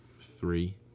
Three